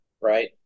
Right